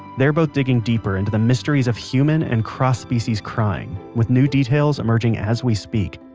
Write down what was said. they are both digging deeper into the mysteries of human and cross-species crying, with new details emerging as we speak.